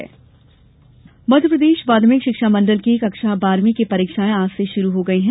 board परीक्षाएं मध्यप्रदेश माध्यमिक शिक्षा मण्डल की कक्षा बारहवीं की परीक्षायें आज से शुरू हो गई हैं